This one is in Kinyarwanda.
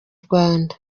rwanda